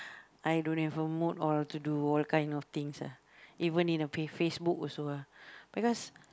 I don't have a mood or to do all kind of things ah even in a f~ Facebook also ah because